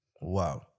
Wow